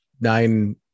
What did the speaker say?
nine